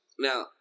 Now